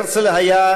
הרצל היה,